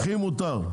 האנכי מותר.